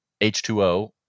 H2O